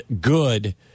good